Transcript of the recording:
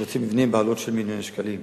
בשיפוצי מבנים בעלות של מיליון שקלים.